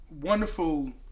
wonderful